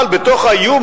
אבל בתוך האיום